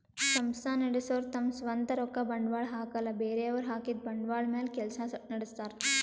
ಸಂಸ್ಥಾ ನಡಸೋರು ತಮ್ ಸ್ವಂತ್ ರೊಕ್ಕ ಬಂಡ್ವಾಳ್ ಹಾಕಲ್ಲ ಬೇರೆಯವ್ರ್ ಹಾಕಿದ್ದ ಬಂಡ್ವಾಳ್ ಮ್ಯಾಲ್ ಕೆಲ್ಸ ನಡಸ್ತಾರ್